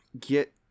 Get